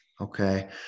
Okay